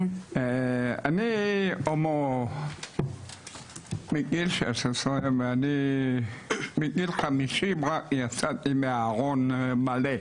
אני הומו מגיל 16 ואני בגיל 50 רק יצאתי מהארון מלא,